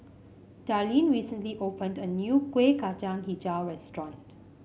Darleen recently opened a new Kueh Kacang hijau restaurant